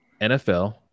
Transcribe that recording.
NFL